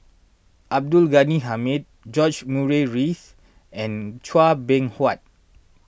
Abdul Ghani Hamid George Murray Reith and Chua Beng Huat